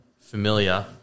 familiar